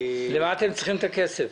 לְמה אתם צריכים את הכסף?